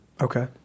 Okay